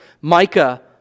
Micah